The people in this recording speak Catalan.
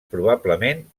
probablement